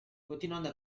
continuando